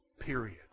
Period